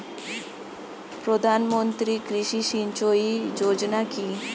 প্রধানমন্ত্রী কৃষি সিঞ্চয়ী যোজনা কি?